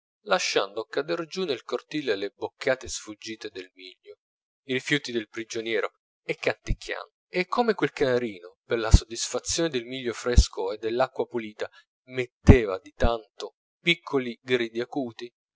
lasciando cader giù nel cortile le boccate sfuggite del miglio i rifiuti del prigioniero e canticchiando e come quel canarino per la soddisfazione del miglio fresco e dell'acqua pulita metteva di tanto piccoli gridi acuti